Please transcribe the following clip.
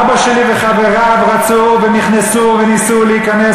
אבא שלי וחבריו רצו ונכנסו וניסו להיכנס